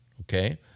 okay